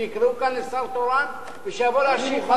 שיקראו כאן לשר תורן ושיבוא להשיב.